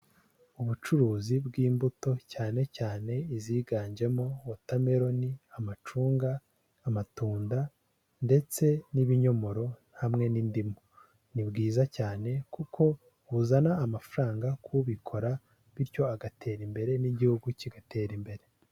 Ubucuruzi bw'imbuto cyane cyane iziganjemo wotameloni, amacunga, amatunda ndetse n'ibinyomoro hamwe n'indimu. Ni bwiza cyane kuko buzana amafaranga kubikora bityo agatera imbere n'igihugu kigatera imbere.